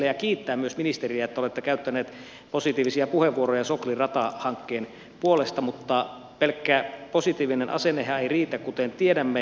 haluan myös kiittää ministeriä että olette käyttänyt positiivisia puheenvuoroja soklin ratahankkeen puolesta mutta pelkkä positiivinen asennehan ei riitä kuten tiedämme